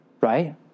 Right